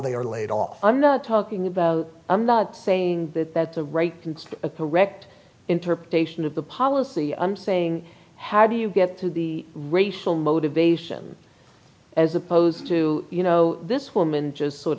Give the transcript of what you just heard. they are laid off i'm not talking about i'm not saying that the right can see a correct interpretation of the policy and saying how do you get to the racial motivation as opposed to you know this woman just sort